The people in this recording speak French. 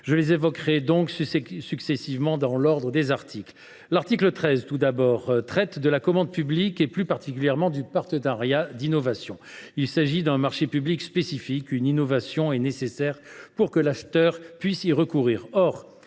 Je les évoquerai successivement, dans l’ordre de leur examen. L’article 13, tout d’abord, traite de la commande publique, plus particulièrement du partenariat d’innovation, qui est un marché public spécifique : une innovation est nécessaire pour que l’acheteur puisse y recourir.